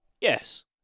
yes